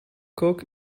cock